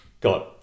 got